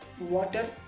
water